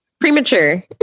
Premature